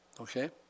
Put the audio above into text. Okay